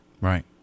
Right